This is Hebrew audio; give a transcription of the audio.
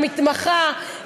למתמחה,